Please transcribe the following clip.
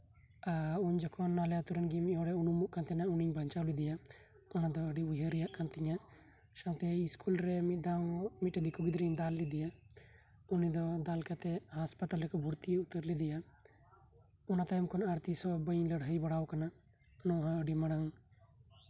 ᱟᱨ ᱩᱱ ᱡᱚᱠᱷᱚᱱ ᱟᱞᱮ ᱟᱹᱛᱩᱨᱮ ᱢᱤᱫ ᱴᱟᱱ ᱦᱚᱲᱮ ᱩᱢᱚᱜ ᱠᱟᱱ ᱛᱟᱦᱮᱸᱫᱼᱟ ᱩᱱᱤ ᱵᱟᱧᱪᱟᱣ ᱞᱮᱫᱮᱭᱟ ᱚᱱᱟᱛᱮ ᱟᱹᱰᱤ ᱩᱭᱦᱟᱹᱨ ᱨᱮᱱᱟᱜ ᱠᱟᱱ ᱛᱤᱧᱟ ᱥᱟᱶᱛᱮ ᱥᱠᱩᱞ ᱨᱮ ᱢᱤᱫ ᱴᱟᱱ ᱫᱮᱠᱳ ᱜᱤᱫᱽᱨᱟᱹᱧ ᱫᱟᱞ ᱞᱮᱫᱮᱭᱟ ᱩᱱᱤ ᱫᱚ ᱫᱟᱞ ᱠᱟᱛᱮᱫ ᱦᱟᱥᱯᱟᱛᱟᱞ ᱨᱮᱠᱚ ᱵᱷᱚᱨᱛᱤ ᱩᱛᱟᱹᱨ ᱞᱮᱫᱮᱭᱟ ᱚᱱᱟ ᱛᱟᱭᱴᱚᱢ ᱠᱷᱚᱱ ᱟᱫᱚ ᱛᱤᱥᱦᱚᱸ ᱵᱟᱹᱧ ᱞᱟᱹᱲᱦᱟᱹᱭ ᱵᱟᱲᱟ ᱟᱠᱟᱱᱟ ᱚᱱᱟᱦᱚᱸ ᱟᱰᱤ ᱢᱟᱲᱟᱝ